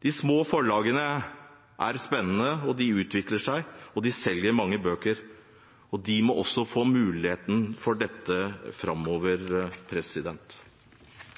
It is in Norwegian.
De små forlagene er spennende. De utvikler seg, og de selger mange bøker. De må få muligheten til dette også framover.